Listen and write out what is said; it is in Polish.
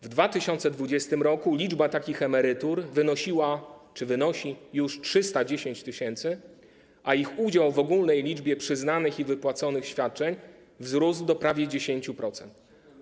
W 2020 r. liczba takich emerytur wynosiła czy wynosi już 310 tys., a ich udział w ogólnej liczbie przyznanych i wypłaconych świadczeń wzrósł do prawie 10%.